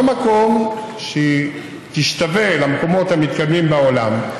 מקום שבו היא תשתווה למקומות המתקדמים בעולם.